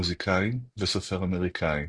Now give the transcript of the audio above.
מוזיקאי וסופר אמריקאי.